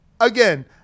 again